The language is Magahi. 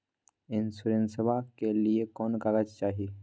इंसोरेंसबा के लिए कौन कागज चाही?